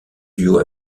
duo